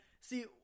See